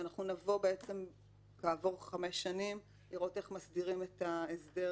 שאנחנו נבוא כעבור חמש שנים לראות איך מסדירים את ההסדר